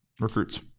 recruits